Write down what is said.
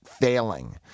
failing